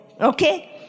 Okay